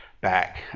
back